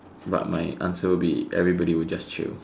but my answer would be everybody would just chill